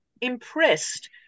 impressed